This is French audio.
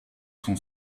sont